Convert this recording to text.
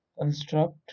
construct